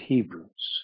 Hebrews